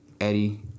Eddie